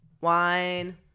wine